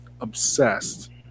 obsessed